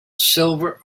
silver